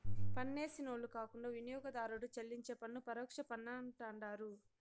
పన్నేసినోళ్లు కాకుండా వినియోగదారుడు చెల్లించే పన్ను పరోక్ష పన్నంటండారు